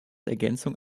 ergänzung